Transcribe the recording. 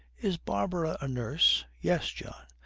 is barbara a nurse yes, john,